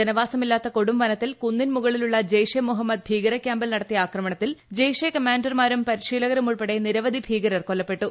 ജനവാസമില്ലാത്ത കൊടുംവനത്തിൽ കുന്നിൻ മുകളിലുള്ള ജെയ്ഷെ മുഹമ്മദ് ഭീകര ക്യാമ്പിൽ നടത്തിയ ആക്രമണത്തിൽ ജെയ്ഷെ കമാൻഡർമാരും പരിശീലകരും ഉൾപ്പെടെ നിരവധി ഭീകരർ കൊല്ലപ്പെട്ടു